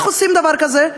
איך עושים דבר כזה?